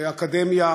אקדמיה,